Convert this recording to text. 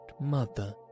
mother